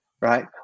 right